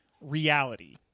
reality